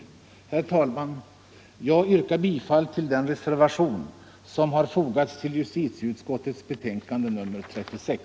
Herr talman! Jag yrkar bifall till den reservation som har fogats till justitieutskottets betänkande nr 36.